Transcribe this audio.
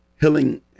healing